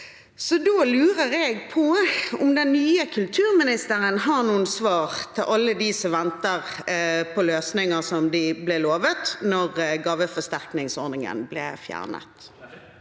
Da lurer jeg på om den nye kulturministeren har noen svar til alle dem som venter på løsninger som de ble lovet da gaveforsterkningsordningen ble fjernet.